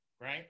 right